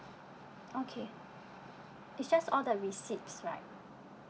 okay it's just all the receipts right